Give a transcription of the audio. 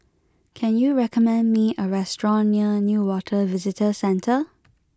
can you recommend me a restaurant near Newater Visitor Centre